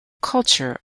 culture